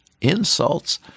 insults